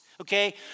okay